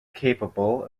capable